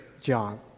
John